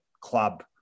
club